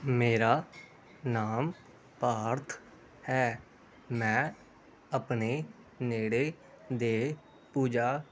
ਮੇਰਾ ਨਾਮ ਪਾਰਥ ਹੈ ਮੈਂ ਆਪਣੇ ਨੇੜੇ ਦੇ ਪੂਜਾ